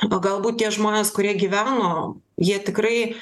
o galbūt tie žmonės kurie gyveno jie tikrai